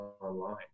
online